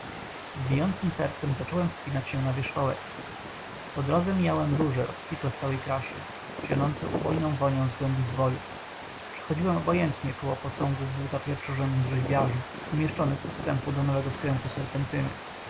bijącem sercem zacząłem wspinać się na wierzchołek po drodze mijałem róże rozkwitłe w całej krasie zionące upojną wonią z głębi zwojów przechodziłem obojętnie koło posągów dłuta pierwszorzędnych rzeźbiarzy umieszczonych u wstępu do nowego skrętu serpentyny